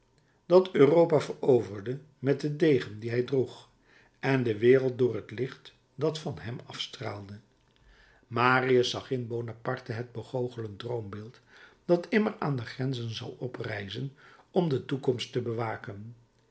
dat europa veroverde met den degen dien hij droeg en de wereld door het licht dat van hem afstraalde marius zag in bonaparte het begoochelend droombeeld dat immer aan de grenzen zal oprijzen om de toekomst te bewaken